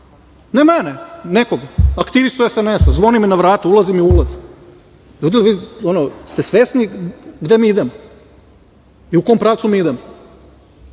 Ne mene, nekog aktivistu SNS, zvone mi na vrata, ulaze mi u ulaz. Ljudi, jeste li svesni gde mi idemo i u kom pravcu mi idemo?